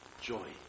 joy